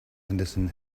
henderson